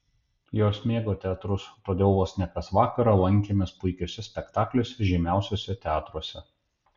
jos mėgo teatrus todėl vos ne kas vakarą lankėmės puikiuose spektakliuose žymiausiuose teatruose